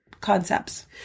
concepts